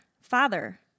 Father